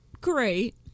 great